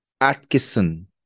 Atkinson